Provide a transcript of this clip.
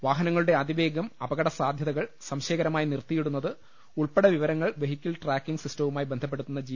വാഹനങ്ങളുടെ അതിവേഗം അപകട സാധ്യതകൾ സംശയകരമായി നിർത്തിയിടുന്നത് ഉൾപ്പെടെ വിവരങ്ങൾ വെഹിക്കിൾ ട്രാക്കിങ് സിസ്റ്റവുമായി ബന്ധപ്പെടുത്തുന്ന ജി